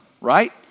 right